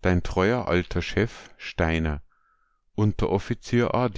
dein alter treuer chef steiner unteroffizier a